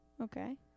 Okay